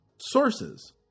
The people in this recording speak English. sources